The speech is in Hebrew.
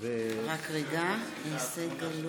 אימאן ח'טיב יאסין,